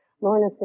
Lorna